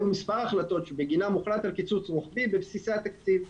היו מספר החלטות שבגינן הוחלט על קיצוץ רוחבי בבסיסי התקציב.